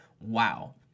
Wow